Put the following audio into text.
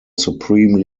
supreme